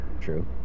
True